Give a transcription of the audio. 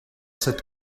cette